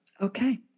Okay